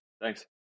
Thanks